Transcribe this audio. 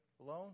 alone